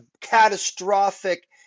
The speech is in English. catastrophic